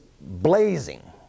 blazing